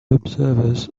observers